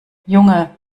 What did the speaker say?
junge